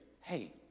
hey